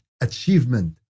achievement